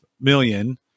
million